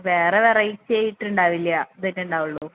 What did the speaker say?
വേറെ വെറൈറ്റി ആയിട്ട് ഉണ്ടാവില്ല ഇതുതന്നെ ഉണ്ടാവുകയുള്ളു